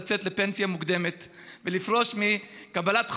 לצאת לפנסיה מוקדמת ולפרוש מקבלת חולים,